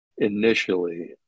initially